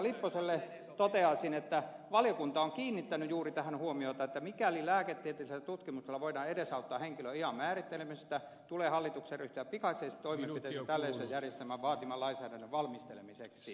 lipposelle toteaisin että valiokunta on kiinnittänyt juuri tähän huomiota että mikäli lääketieteellisillä tutkimuksilla voidaan edesauttaa henkilön iän määrittelemistä tulee hallituksen ryhtyä pikaisesti toimenpiteisiin tällaisen järjestelmän vaatiman lainsäädännön valmistelemiseksi